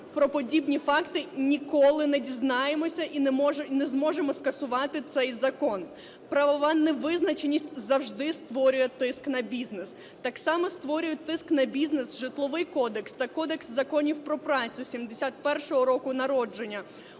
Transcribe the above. про подібні факти ніколи не дізнаємося і не зможемо скасувати цей закон. Правова невизначеність завжди створює тиск на бізнес, так само створює тиск на бізнес Житловий кодекс та Кодекс законі в про працю 71-го року народження.